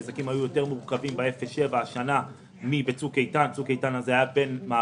הנזקים היו מורכבים יותר ב-0 7 קילומטרים השנה מאשר בצוק איתן.